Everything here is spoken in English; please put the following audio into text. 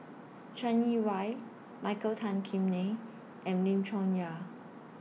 Chai Yee Wei Michael Tan Kim Nei and Lim Chong Yah